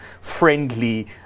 friendly